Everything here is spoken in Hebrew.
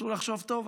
שיגרמו לחשוב: טוב,